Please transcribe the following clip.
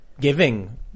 giving